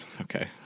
okay